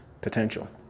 potential